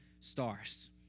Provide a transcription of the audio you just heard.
stars